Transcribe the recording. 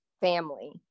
family